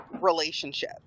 relationship